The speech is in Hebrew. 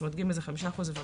זאת אומרת, ג' זה 5% ומטה.